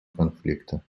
конфликта